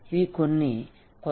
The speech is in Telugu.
ఇవి కొన్ని కొత్త ఆలోచనలు